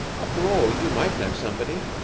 after all, you might know somebody.